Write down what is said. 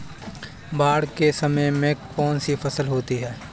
बाढ़ के समय में कौन सी फसल होती है?